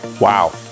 Wow